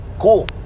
Cool